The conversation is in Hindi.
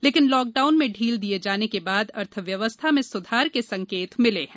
लेकिन लॉकडाउन में ढील दिए जाने के बाद अर्थव्यवस्था में सुधार के संकेत मिले हैं